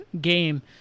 game